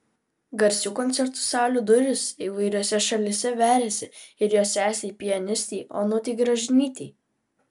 garsių koncertų salių durys įvairiose šalyse veriasi ir jos sesei pianistei onutei gražinytei